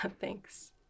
Thanks